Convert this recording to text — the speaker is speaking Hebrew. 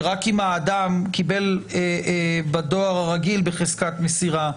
שרק אם האדם קיבל בדואר הרגיל בחזקת מסירה.